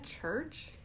church